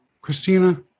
Christina